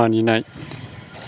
मानिनाय